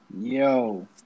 Yo